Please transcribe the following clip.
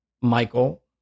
Michael